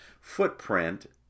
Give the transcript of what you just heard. footprint